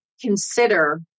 consider